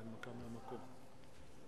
מה עם השר?